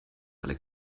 alle